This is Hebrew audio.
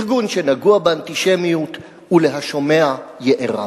ארגון שנגוע באנטישמיות, ולהשומע יערב.